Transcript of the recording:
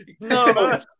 No